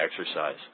exercise